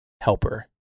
helper